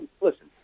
listen